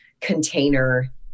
container